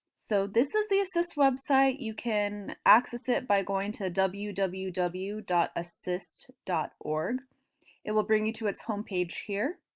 so this is the assist website you can access it by going to www www dot assist dot org it will bring you to its home page here.